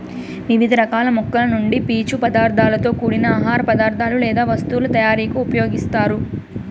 వివిధ రకాల మొక్కల నుండి పీచు పదార్థాలతో కూడిన ఆహార పదార్థాలు లేదా వస్తువుల తయారీకు ఉపయోగిస్తారు